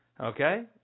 okay